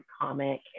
comic